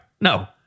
No